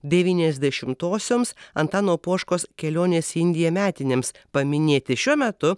devyniasdešimtosioms antano poškos kelionės į indiją metinėms paminėti šiuo metu